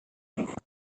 never